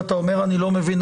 ואתה אומר שאתה לא מבין,